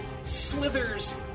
slithers